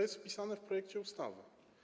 Jest to zapisane w projekcie ustawy.